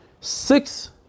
Six